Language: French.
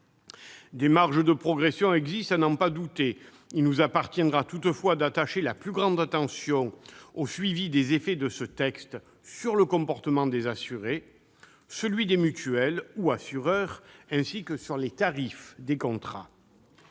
des marges de progression existent. Il nous appartiendra toutefois d'attacher la plus grande attention au suivi de ses effets sur le comportement des assurés, des mutuelles ou des assureurs, ainsi que sur les tarifs des contrats.